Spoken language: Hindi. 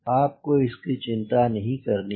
आपको इसकी चिंता नहीं करनी है